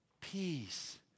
peace